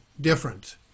different